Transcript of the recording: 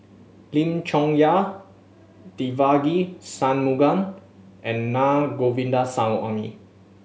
Lim Chong Yah Devagi Sanmugam and Na Govindasamy